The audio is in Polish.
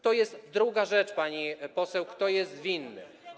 To jest druga rzecz, pani poseł, kto jest winny.